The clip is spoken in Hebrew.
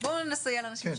אני מודה